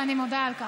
ואני מודה על כך.